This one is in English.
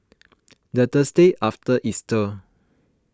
the Thursday after Easter